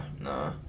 nah